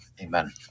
amen